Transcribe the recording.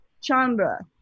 Chandra